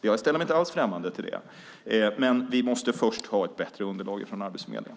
Jag är inte alls främmande för det, men vi måste först ha ett bättre underlag från Arbetsförmedlingen.